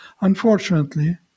Unfortunately